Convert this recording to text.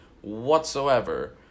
whatsoever